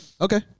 Okay